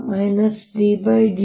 ಆದ್ದರಿಂದ ನಾನು d dt B